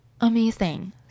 amazing